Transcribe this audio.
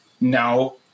no